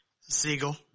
Siegel